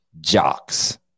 jocks